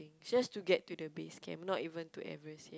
just to get to the base camp not even to Everest